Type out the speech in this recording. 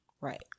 right